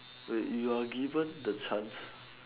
wait you are given the chance